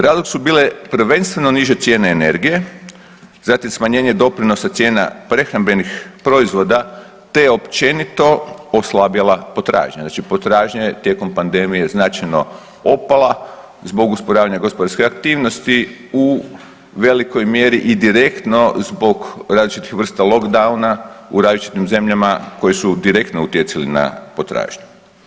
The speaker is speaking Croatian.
Razlog su bile prvenstveno niže cijene energije, zatim smanjenje doprinosa cijena prehrambenih proizvoda, te općenito oslabjela potražnja, znači potražnja je tijekom pandemije značajno opala zbog usporavanja gospodarske aktivnosti, u velikoj mjeri i direktno zbog različitih vrsta lockdowna u različitim zemljama koje su direktno utjecali na potražnju.